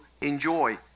enjoy